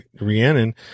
Rhiannon